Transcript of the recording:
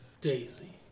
Daisy